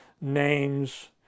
names